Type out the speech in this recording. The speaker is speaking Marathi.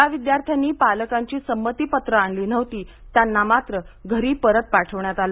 ज्या विद्यार्थ्यांनी पालकांची संमतीपत्र आणली नव्हती त्यांना मात्र घरी परत पाठवण्यात आलं